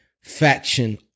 faction